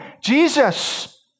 Jesus